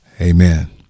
amen